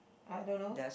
I don't know